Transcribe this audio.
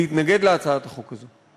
להתנגד להצעת החוק הזאת.